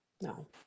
No